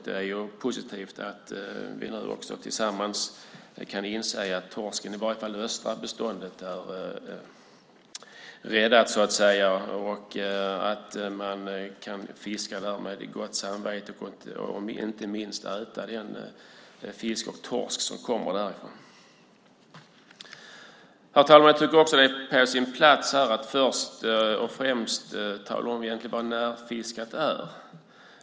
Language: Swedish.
Det är positivt att vi nu också tillsammans kan inse att torsken, i varje fall det östra beståndet, är räddad. Man kan nu fiska i det östra beståndet med gott samvete och inte minst äta den torsk och annan fisk som kommer därifrån. Herr talman! Jag tycker att det är på sin plats att först och främst tala om vad Närfiskat egentligen är.